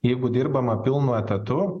jeigu dirbama pilnu etatu